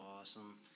awesome